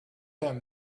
him